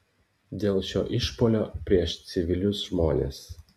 dėl šio išpuolio prieš civilius žmones